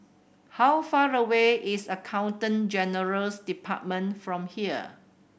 how far away is Accountant General's Department from here